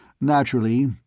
Naturally